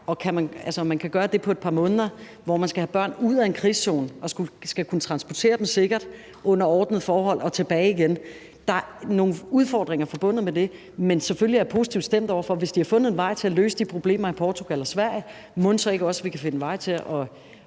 til at gøre det på et par måneder, hvor man skal have børn ud af en krigszone og transportere dem sikkert frem under ordnede forhold og tilbage igen, er der nogle udfordringer forbundet med det. Men selvfølgelig er jeg positivt stemt over for det. Hvis de har fundet veje til at løse de problemer i Portugal og Spanien, mon vi så ikke også kan finde veje til at